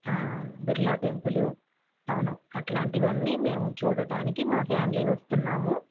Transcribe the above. Birla temple అవును అట్లాంటివి అన్నీ మేము చూడడానికి మా ఫ్యామిలీ వస్తున్నాము